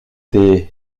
tes